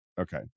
Okay